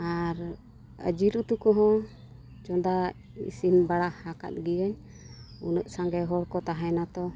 ᱟᱨ ᱡᱤᱞ ᱩᱛᱩ ᱠᱚᱦᱚᱸ ᱪᱚᱱᱫᱟ ᱤᱥᱤᱱ ᱵᱟᱲᱟ ᱟᱠᱟᱫ ᱜᱤᱭᱟᱹᱧ ᱩᱱᱟᱹᱜ ᱥᱟᱸᱜᱮ ᱦᱚᱲ ᱠᱚ ᱛᱟᱦᱮᱱᱟᱛᱚ